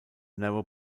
narrow